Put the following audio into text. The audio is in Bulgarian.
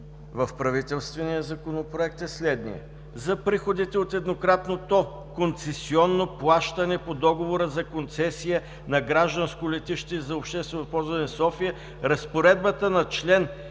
в правителствения Законопроект, е следният: „За приходите от еднократното концесионно плащане по договора за концесия на гражданско летище за обществено ползване София разпоредбата на чл.